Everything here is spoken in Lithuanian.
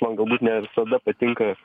man galbūt ne visada patinka